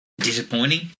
disappointing